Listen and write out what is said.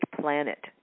planet